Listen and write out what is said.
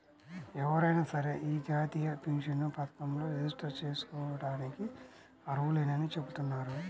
ఎవరైనా సరే యీ జాతీయ పెన్షన్ పథకంలో రిజిస్టర్ జేసుకోడానికి అర్హులేనని చెబుతున్నారు